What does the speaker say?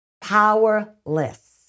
powerless